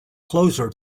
closer